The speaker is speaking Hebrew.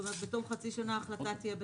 טוב, אז בתום חצי השנה ההחלטה תהיה בסמכותי.